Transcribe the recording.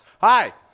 Hi